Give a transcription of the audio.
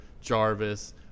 Jarvis